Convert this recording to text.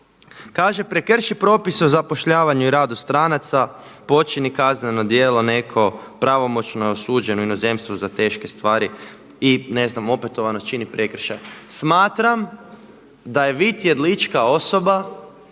Kaže prekrši propis o zapošljavanju i radu stranaca, počini kazneno djelo neko, pravomoćno je osuđen u inozemstvu za teške stvari i ne znam opetovano čini prekršaj. Smatram da je Vit Jedlička osoba